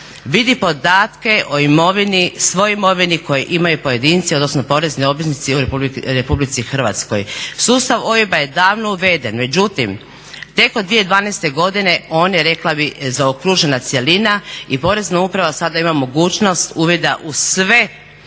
vidi podatke o imovini, svoj imovini koju imaju pojedinci, odnosno porezni obveznici u RH. Sustav OIB-a je davno uveden, međutim tek od 2012. godine on je rekla bih zaokružena cjelina i Porezna uprava sada ima mogućnost uvida u sve